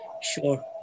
Sure